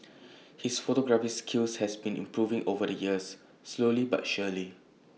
his photography skills have been improving over the years slowly but surely